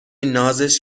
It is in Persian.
نازش